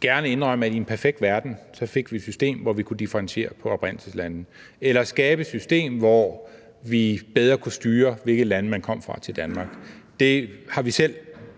gerne indrømme, at i en perfekt verden fik vi et system, hvor vi kunne differentiere på oprindelseslande, eller skabte et system, hvor vi bedre kunne styre, fra hvilke lande man kom til Danmark. Det har vi selv